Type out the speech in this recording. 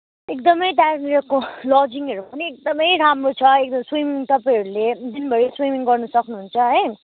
एकदमै त्यहाँनिरको लजिङहरू पनि एकदमै राम्रो छ एकदम स्विमिङ तपाईँहरूले दिनभरी स्विमिङ गर्न सक्नुहुन्छ है